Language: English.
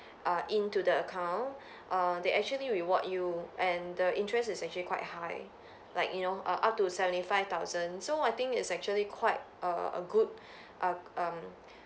uh into the account uh they actually reward you and the interest is actually quite high like you know err up to seventy five thousand so I think is actually quite a a good err um